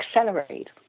accelerate